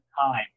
time